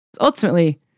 Ultimately